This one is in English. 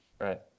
Right